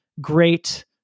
great